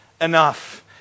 enough